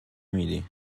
میدی